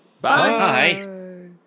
Bye